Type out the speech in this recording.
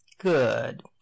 Good